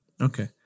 Okay